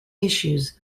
issues